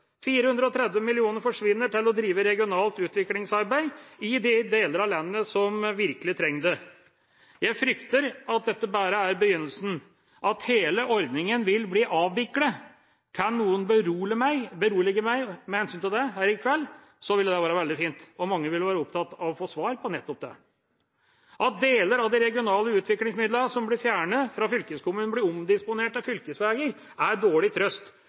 430 mill. kr til å drive regionalt utviklingsarbeid i de deler av landet som virkelig trenger det, forsvinner. Jeg frykter at dette bare er begynnelsen, at hele ordningen vil bli avviklet. Kan noen berolige meg med hensyn til dette her i kveld, vil det være veldig fint. Mange vil være opptatt av å få svar på nettopp det. At deler av de regionale utviklingsmidlene som ble fjernet fra fylkeskommunen, blir omdisponert til fylkesveier, er dårlig trøst.